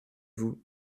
vous